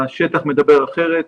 השטח מדבר אחרת.